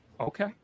Okay